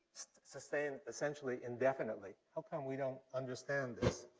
sustained essentially indefinitely. how come we don't understand this?